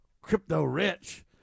crypto-rich